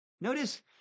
Notice